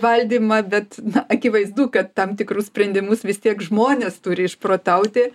valdymą bet na akivaizdu kad tam tikrus sprendimus vis tiek žmonės turi išprotauti